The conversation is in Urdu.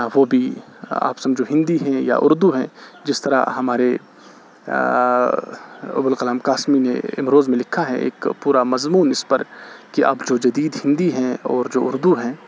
وہ بھی آپ سمجھو ہندی ہیں یا اردو ہیں جس طرح ہمارے ابوالکلام قاسمی نے امروز میں لکھا ہے ایک پورا مضمون اس پر کہ اب جو جدید ہندی ہیں اور جو اردو ہیں